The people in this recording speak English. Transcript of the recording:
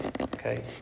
Okay